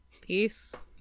Peace